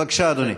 בבקשה, אדוני.